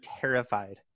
terrified